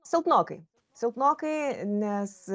silpnokai silpnokai nes